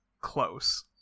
close